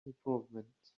improvement